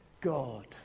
God